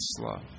love